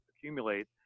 accumulate